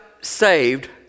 saved